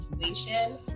situation